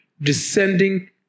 descending